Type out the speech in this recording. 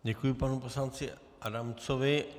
Děkuji panu poslanci Adamcovi.